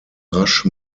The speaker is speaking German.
rasch